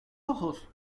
ojos